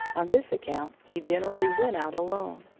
on this account he generally went out alone.